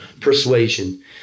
persuasion